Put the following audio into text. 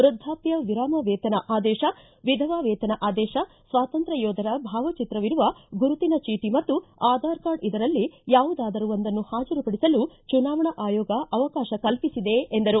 ವೃದ್ಧಾಪ್ಯ ವಿರಾಮ ವೇತನ ಆದೇಶ ವಿಧವಾ ವೇತನ ಆದೇಶ ಸ್ವಾತಂತ್ರ್ಯ ಯೋಧರ ಭಾವಚಿತ್ರವಿರುವ ಗುರುತಿನ ಚೀಟ ಮತ್ತು ಆಧಾರ್ ಕಾರ್ಡ್ ಇದರಲ್ಲಿ ಯಾವುದಾದರೂ ಒಂದನ್ನು ಹಾಜರುಪಡಿಸಲು ಚುನಾವಣಾ ಆಯೋಗ ಅವಕಾಶ ಕಲ್ಪಿಸಿದೆ ಎಂದರು